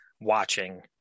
watching